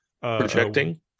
Projecting